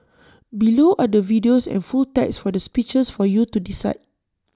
below are the videos and full text for the speeches for you to decide